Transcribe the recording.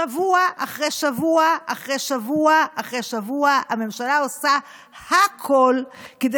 שבוע אחרי שבוע אחרי שבוע אחרי שבוע הממשלה עושה הכול כדי